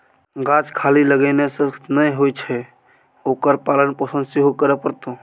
गाछ खाली लगेने सँ नै होए छै ओकर पालन पोषण सेहो करय पड़तै